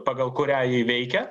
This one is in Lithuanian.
pagal kurią ji veikia